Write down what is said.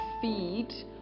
feed